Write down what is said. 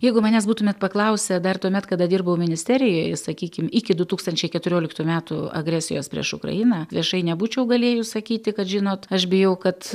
jeigu manęs būtumėt paklausę dar tuomet kada dirbau ministerijoj ir sakykim iki du tūkstančiai keturioliktų metų agresijos prieš ukrainą viešai nebūčiau galėjus sakyti kad žinot aš bijau kad